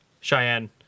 Cheyenne